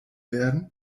werden